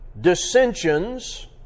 dissensions